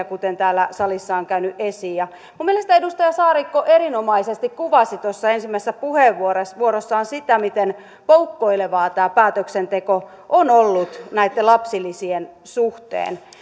kuten täällä salissa on tullut esiin minun mielestäni edustaja saarikko erinomaisesti kuvasi tuossa ensimmäisessä puheenvuorossaan sitä miten poukkoilevaa tämä päätöksenteko on ollut näitten lapsilisien suhteen